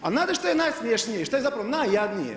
A znate šta je najsmješnije i šta je zapravo najjadnije?